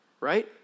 right